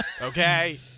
Okay